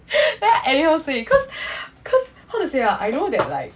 then I anyhow say cause cause how to say ah I know that like